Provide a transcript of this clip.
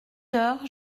heures